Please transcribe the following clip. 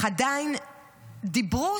אך עדיין דיברו,